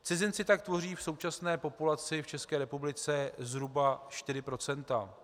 Cizinci tak tvoří v současné populaci v České republice zhruba 4 %.